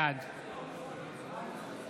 בעד